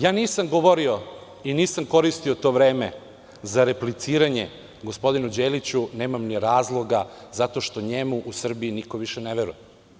Ja nisam govorio i nisam koristio to vreme za repliciranje gospodinu Đeliću, nemam ni razloga zato što njemu u Srbiji niko više ne veruje.